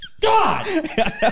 God